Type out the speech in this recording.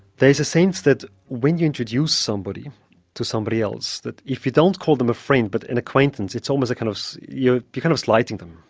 there is a sense that when you introduce somebody to somebody else, that if you don't call them a friend but an acquaintance, it's almost. kind of you're kind of slighting them.